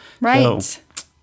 Right